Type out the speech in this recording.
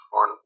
on